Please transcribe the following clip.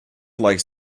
likes